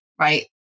right